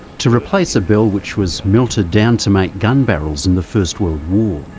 to replace a bell which was melted down to make gun barrels in the first world war.